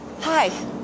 Hi